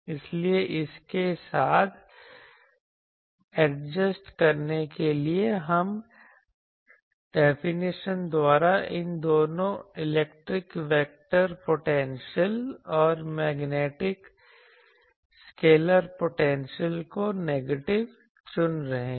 इसलिए इसके साथ एडजस्ट करने के लिए हम डेफिनेशन द्वारा इन दोनों इलेक्ट्रिक वेक्टर पोटेंशियल और मैग्नेटिक स्केलर पोटेंशियल को नेगेटिव चुन रहे हैं